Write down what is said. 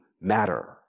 matter